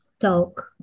talk